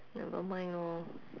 nevermind lor